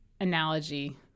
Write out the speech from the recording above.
analogy